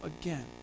again